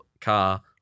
car